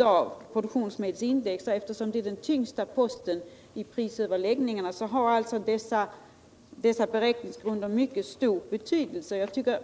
av produktionsmedelsindex. Eftersom de är den tyngsta posten i prisöverläggningarna, har dessa beräkningsgrunder mycket stor betydelse.